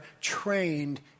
trained